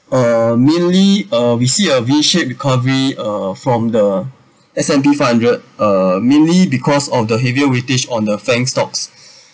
uh mainly uh we see a V shaped recovery uh from the S and P five hundred uh mainly because of the heavier weightage on the fan~ stocks